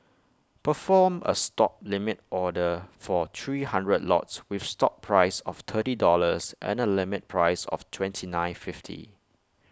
perform A stop limit order for three hundred lots with stop price of thirty dollars and A limit price of twenty nine fifty